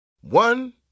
One